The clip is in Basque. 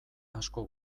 asko